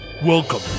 Welcome